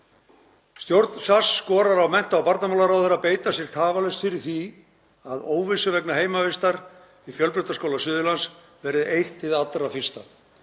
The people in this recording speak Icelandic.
„Stjórn SASS skorar á mennta- og barnamálaráðherra að beita sér tafarlaust fyrir því að óvissu vegna heimavistar við Fjölbrautaskóla Suðurlands verði eytt hið allra fyrsta.